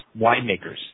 winemakers